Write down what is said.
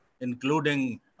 including